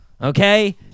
Okay